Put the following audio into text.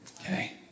Okay